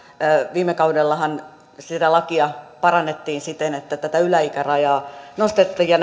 viime kaudellahan sitä lakia parannettiin siten että tätä yläikärajaa nostettiin ja